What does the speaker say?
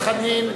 חנין,